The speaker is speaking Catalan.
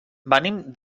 venim